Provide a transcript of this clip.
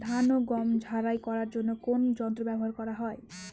ধান ও গম ঝারাই করার জন্য কোন কোন যন্ত্র ব্যাবহার করা হয়?